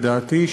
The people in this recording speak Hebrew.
לדעתי,